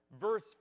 verse